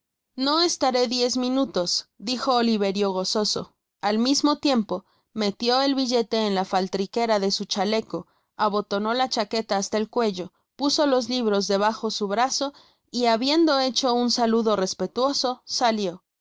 no estaré diez minutos dijo oliverio gozoso al mismo tiempo metió el billete en la faltriquera de su chaleco abotonó la chaqueta hasta el cuello puso los libros debajo su brazo y habiendo hecho un saludo respetuoso salió la